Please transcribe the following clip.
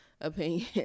opinion